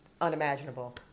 unimaginable